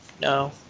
No